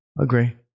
Agree